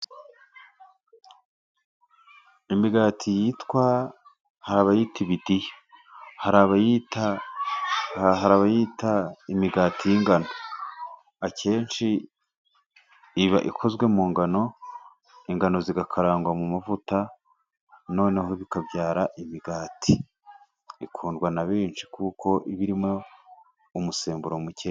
Imigati yitwa: hari abayita ibidiya, hari abayita imigati y'ingano, akenshi iba ikozwe mu ngano. Ingano zigakarangwa mu mavuta noneho bikabyara imigati ikundwa na benshi kuko iba irimo umusemburo muke.